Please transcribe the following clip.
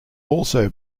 also